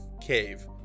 cave